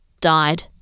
died